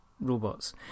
robots